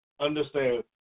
Understand